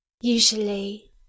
Usually